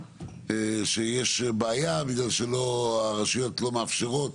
שיש בעיה בגלל שהרשויות לא מאפשרות